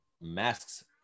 masks